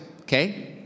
okay